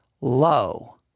low